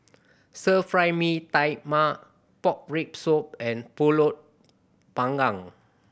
Stir Fry Mee Tai Mak pork rib soup and Pulut Panggang